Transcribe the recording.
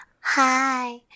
Hi